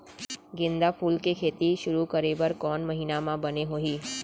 गेंदा फूल के खेती शुरू करे बर कौन महीना मा बने होही?